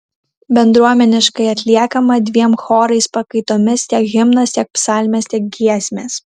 bendruomeniškai atliekama dviem chorais pakaitomis tiek himnas tiek psalmės tiek giesmės